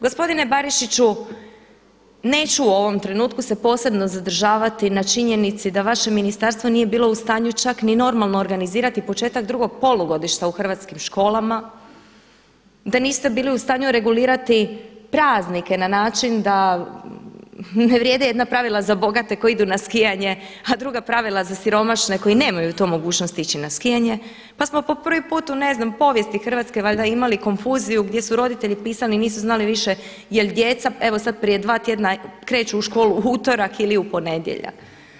Gospodine Barišiću neću u ovom trenutku se posebno zadržavati na činjenici da vaše ministarstvo nije bilo u stanju čak ni normalno organizirati početak drugog polugodišta u hrvatskim školama, da niste bili u stanju regulirati praznike na način da ne vrijede jedna pravila za bogate koji idu na skijanje, a druga pravila za siromašne koji nemaju tu mogućnost ići na skijanje, pa smo po prvi put po ne znam povijesti Hrvatske valjda imali konfuziju gdje su roditelji pisali, nisu znali više jel' djeca evo sada prije dva tjedna kreću u školu u utorak ili u ponedjeljak.